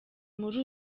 muri